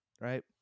Right